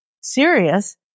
serious